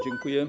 Dziękuję.